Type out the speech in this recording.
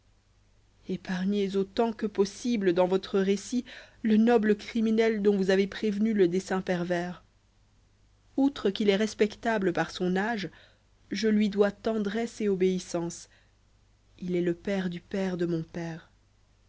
épargnez autant que possible dans votre récit le noble criminel dont vous avez prévenu le dessein pervers outre qu'il est respectable par son âge je lui dois tendresse et obéissance il est le père du père de mon père